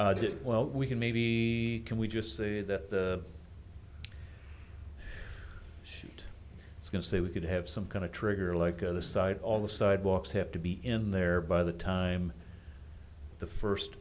the well we can maybe can we just say that the sheet is going to say we could have some kind of trigger like an aside all the sidewalks have to be in there by the time the first